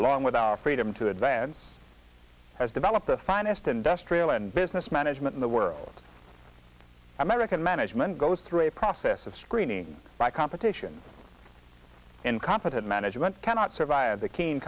along with our freedom to advance has developed the finest industrial and business management in the world american management goes through a process of screening by competition incompetent management cannot survive the k